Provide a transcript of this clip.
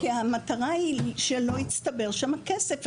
כי המטרה היא שלא יצטבר שם הכסף.